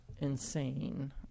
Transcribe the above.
insane